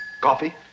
Coffee